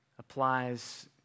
applies